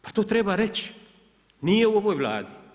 Pa to treba reći, nije u ovoj Vladi.